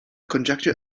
conjecture